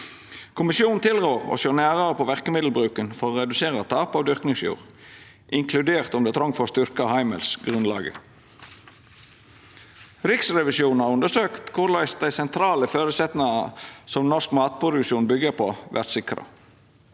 Kommisjonen tilrår å sjå nærare på verkemiddelbruken for å redusera tap av dyrkingsjord, inkludert om det er trong for å styrkja heimelsgrunnlaget. Riksrevisjonen har undersøkt korleis dei sentrale føresetnadene som norsk matproduksjon byggjer på, vert sikra.